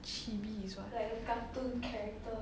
chibi is what